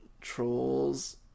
Trolls